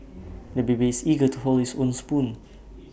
the baby is eager to hold his own spoon